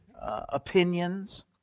opinions